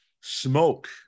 smoke